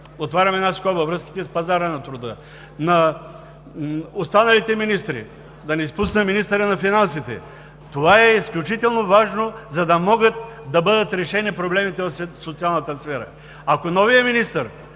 отварям една скоба – връзките с пазара на труда, на останалите министри, да не изпусна министъра на финансите. Това е изключително важно, за да могат да бъдат решени проблемите в социалната сфера. Ако новият министър